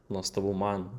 nuostabu man